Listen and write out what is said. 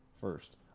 first